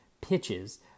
pitches